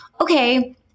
okay